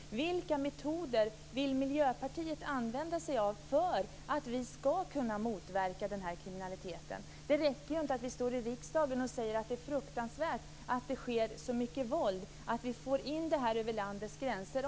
Vilka metoder vill Miljöpartiet använda sig av för att vi ska kunna motverka den här kriminaliteten? Det räcker inte att vi står i riksdagen och säger att det är fruktansvärt att det sker så mycket våld och att vi får in det över landets gränser.